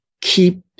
keep